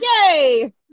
Yay